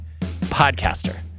Podcaster